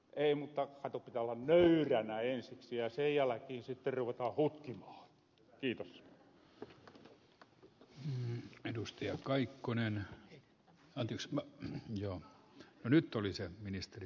ei mutta tutkalla pöydän ääreen ja seijalla hiisi tervakaupunkikin kato pitää olla nöyränä ensiksi ja sen jälkiin sitten ruvetaan hutkimahan